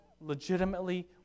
legitimately